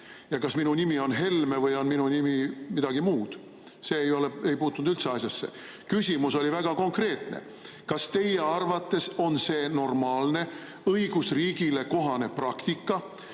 ja kas minu nimi on Helme või on minu nimi midagi muud. See ei puutunud üldse asjasse. Küsimus oli väga konkreetne. Kas teie arvates on see normaalne, õigusriigile kohane praktika,